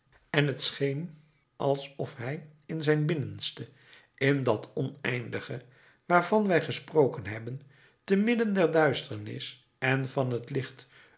en het scheen hem alsof hij in zijn binnenste in dat oneindige waarvan wij gesproken hebben te midden der duisternis en van het licht